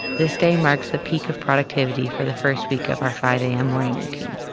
this day marks the peak of productivity for the first week of our five a m. morning routine.